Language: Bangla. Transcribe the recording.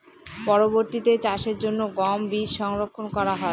পরবর্তিতে চাষের জন্য গম বীজ সংরক্ষন করা হয়?